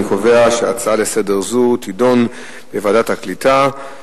אני קובע שהצעה לסדר זו תידון בוועדת הקליטה.